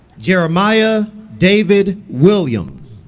jeremiah david williams